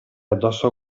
addosso